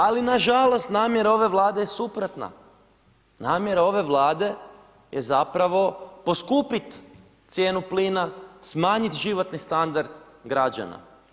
Ali na žalost namjera ove Vlade je suprotna, namjera ove Vlade je zapravo poskupit cijenu plina, smanjit životni standard građana.